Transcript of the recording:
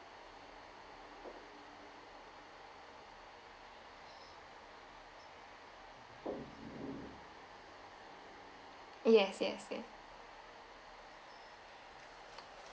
yes yes yes